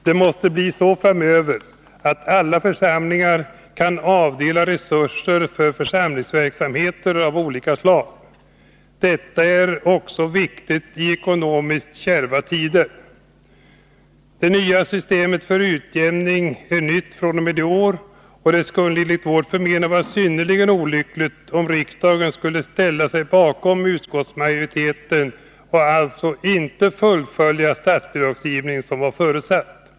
Det måste bli så framöver att alla församlingar kan avdela resurser för församlingsverksamheter av olika slag. Detta är viktigt också i ekonomiskt kärva tider. Det nya systemet för utjämning är nytt fr.o.m. i år, och det skulle enligt vårt förmenande vara synnerligen olyckligt om riksdagen skulle ställa sig bakom utskottsmajoriteten och alltså inte fullfölja den statsbidragsgivning som förutsatts.